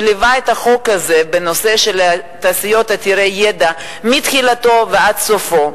שליווה את החוק הזה בנושא תעשיות עתירות ידע מתחילתו ועד סופו.